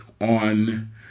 on